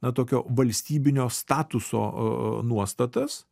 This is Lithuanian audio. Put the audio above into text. na tokio valstybinio statuso nuostatas